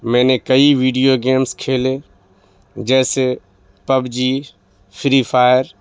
میں نے کئی ویڈیو گیمس کھیلے جیسے پب جی فری فائر